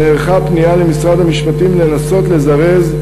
נערכה פנייה למשרד המשפטים לנסות לזרז,